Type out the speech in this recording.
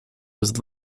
was